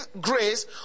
grace